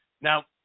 Now